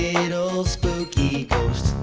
little spooky